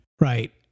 Right